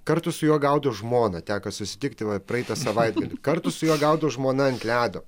kartu su juo gaudo žmoną teko susitikti vat praeitą savaitgalį kartu su juo gaudo žmona ant ledo